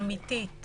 אמיתית